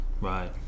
Right